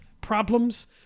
problems